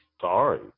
Sorry